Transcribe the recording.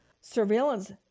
Surveillance